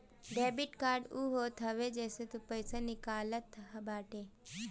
debit card उ होत हवे जेसे तू पईसा निकालत बाटअ